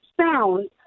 sound